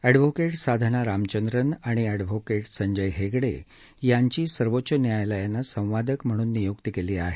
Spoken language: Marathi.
अष्ठव्होकेट साधना रामचंद्रन आणि अष्ठव्होकेट संजय हेगडे यांची सर्वोच्च न्यायालयानं संवादक म्हणून निय्क्ती केली आहे